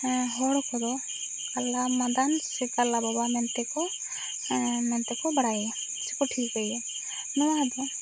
ᱦᱚᱲ ᱠᱚᱫᱚ ᱠᱟᱞᱟ ᱢᱟᱫᱟᱱ ᱥᱮ ᱠᱟᱞᱟ ᱵᱟᱵᱟ ᱢᱮᱱᱛᱮ ᱠᱚ ᱢᱮᱱᱛᱮ ᱠᱚ ᱵᱟᱲᱟᱭᱮᱭᱟ ᱥᱮ ᱠᱚ ᱴᱷᱟᱹᱣᱠᱟᱹ ᱮᱭᱟ ᱱᱚᱣᱟ ᱫᱚ